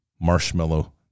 marshmallow